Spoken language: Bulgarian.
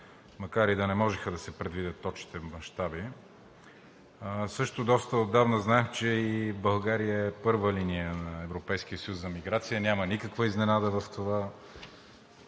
макар и да не можеха да се предвидят точните мащаби. Също доста отдавна знаем, че България е първа линия на Европейския съюз за миграция, няма никаква изненада в това.